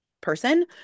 person